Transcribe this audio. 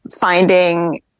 finding